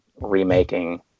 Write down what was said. remaking